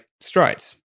strides